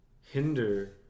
hinder